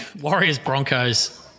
Warriors-Broncos